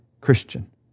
Christian